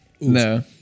No